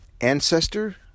ancestor